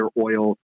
oil